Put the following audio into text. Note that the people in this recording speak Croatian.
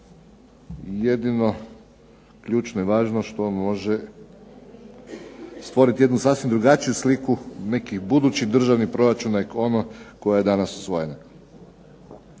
jedino ključno važno što može stvoriti jednu sasvim drugačiju sliku nekih budućih državnih proračuna od ono koja je danas usvojena.